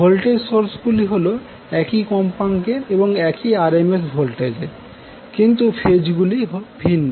voltage source গুলি হল একই কম্পাঙ্কের এবং একই RMS ভোল্টেজের কিন্তু ফেজ গুলি ভিন্ন